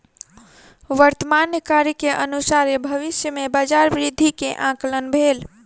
वर्तमान कार्य के अनुसारे भविष्य में बजार वृद्धि के आंकलन भेल